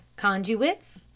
conduits,